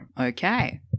okay